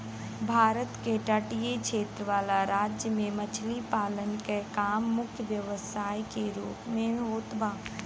भारत के तटीय क्षेत्र वाला राज्य में मछरी पालन के काम मुख्य व्यवसाय के रूप में होत बा